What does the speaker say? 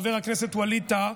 חבר הכנסת ווליד טאהא,